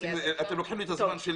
אתם לוקחים לי את הזמן שלי.